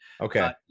Okay